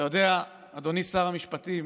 אתה יודע, אדוני שר המשפטים,